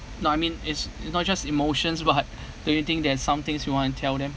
no I mean is not just emotions but do you think there are some things you want to tell them